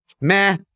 Meh